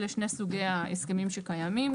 אלה שני סוגים ההסכמים שקיימים.